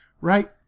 Right